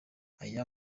ayo